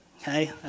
Okay